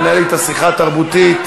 לנהל אתה שיחה תרבותית.